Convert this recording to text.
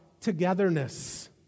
togetherness